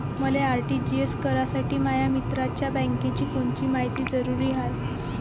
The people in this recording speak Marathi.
मले आर.टी.जी.एस करासाठी माया मित्राच्या बँकेची कोनची मायती जरुरी हाय?